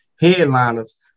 headliners